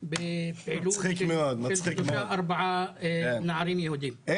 בפעילות בגלל שלושה-ארבעה נערים יהודים.